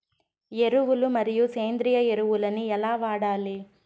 ఎరువులు మరియు సేంద్రియ ఎరువులని ఎలా వాడాలి?